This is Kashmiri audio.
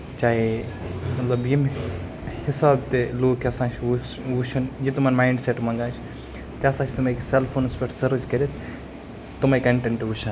چاہے مطلب ییٚمہِ حِسابہٕ تہِ لُکھ یَژھان چھُ وُچھُن یہِ تِمن مَاینڈ سیٹ تِمن آسہِ تہِ ہسا چھِ تِم أکِس سیل فونَس پٮ۪ٹھ سٔرٕچ کٔرِتھ تِمَے کَنٹنٹ وُچھان